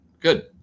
Good